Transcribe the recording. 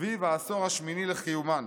סביב העשור השמיני לקיומן.